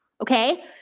okay